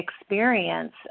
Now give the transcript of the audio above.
experience